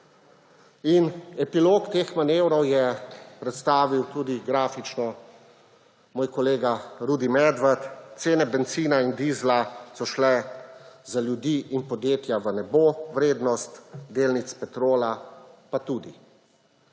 In epilog teh manevrov je predstavil tudi grafično moj kolega Rudi Medved. Cene bencina in dizla so šle za ljudi in podjetja v nebo, vrednost delnic Petrola pa tudi.